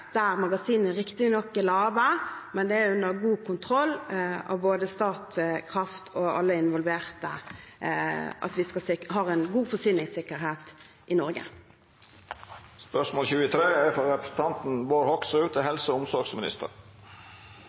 der magasinene riktignok er lave, men det er under god kontroll av både Statkraft og alle involverte, slik at vi har en god forsyningssikkerhet i Norge. Også jeg vil få lov til å gratulere statsråden, og